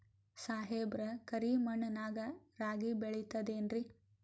ಸಾಹೇಬ್ರ, ಕರಿ ಮಣ್ ನಾಗ ರಾಗಿ ಬೆಳಿತದೇನ್ರಿ?